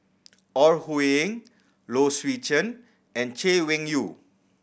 Ore Huiying Low Swee Chen and Chay Weng Yew